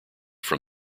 from